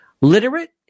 literate